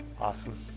Awesome